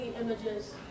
images